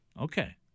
Okay